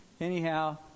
Anyhow